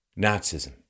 Nazism